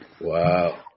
Wow